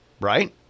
Right